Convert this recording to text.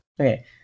okay